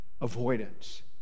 avoidance